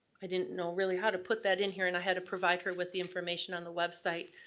i didn't know really how to put that in here, and i had to provide her with the information on the website.